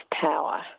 power